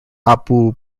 abu